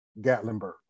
Gatlinburg